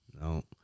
No